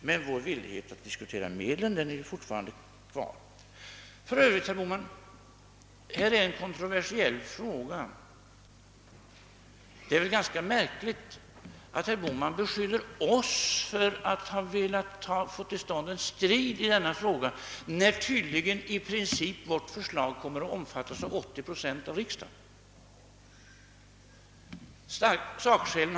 Men vår vilja att diskutera medlen finns fortfarande kvar. Här föreligger för övrigt, herr Bohman, en kontroversiell fråga. Det är väl ganska märkligt att herr Bohman beskyller oss för att ha velat få till stånd en strid i denna sak, när vårt förslag i princip tydligen kommer att omfattas av 80 procent av riksdagens ledamöter.